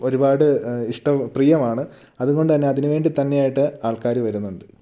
ഒരുപാട് ഇഷ്ടം പ്രിയമാണ് അതുകൊണ്ട് തന്നെ അതിനു വേണ്ടി തന്നെയായിട്ട് ആൾക്കാർ വരുന്നുണ്ട്